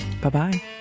Bye-bye